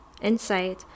Inside